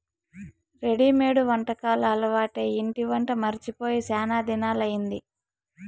readymade వంటకాలు అలవాటై ఇంటి వంట మరచి పోయి శానా దినాలయ్యింది